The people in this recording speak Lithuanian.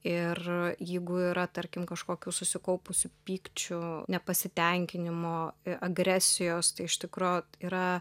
ir jeigu yra tarkim kažkokių susikaupusių pykčių nepasitenkinimo agresijos tai iš tikro yra